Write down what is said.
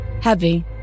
heavy